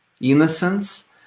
innocence